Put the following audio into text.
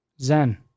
Zen